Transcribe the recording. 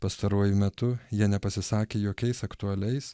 pastaruoju metu jie nepasisakė jokiais aktualiais